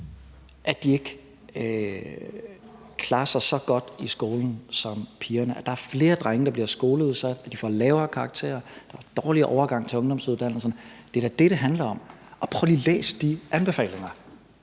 at de ikke klarer sig så godt i skolen som pigerne, og at der er flere drenge, der bliver skoleudsat, og at de får lavere karakterer og dårligere overgang til ungdomsuddannelserne. Det er da det, det handler om, og prøv lige at læse de anbefalinger.